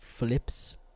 Flips